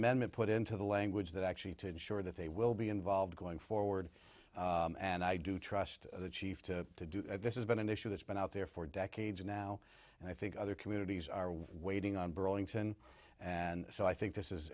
amendment put into the language that actually to ensure that they will be involved going forward and i do trust the chief to do this has been an issue that's been out there for decades now and i think other communities are waiting on burlington and so i think this is